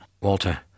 Walter